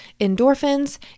endorphins